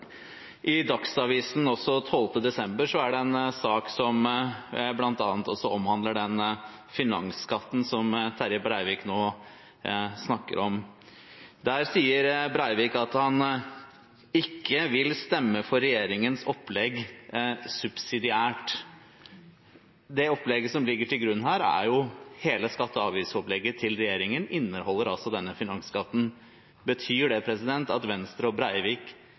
I Dagsavisen den 12. desember er det en sak som bl.a. omhandler finansskatten som Terje Breivik nå snakker om. Der sier Breivik: «Vi vil ikke stemme for regjeringens modell subsidiært.» Hele regjeringens skatte- og avgiftsopplegg inneholder denne finansskatten. Betyr det at Venstre og Breivik